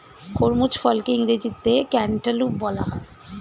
খরমুজ ফলকে ইংরেজিতে ক্যান্টালুপ বলা হয়